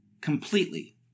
Completely